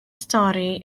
stori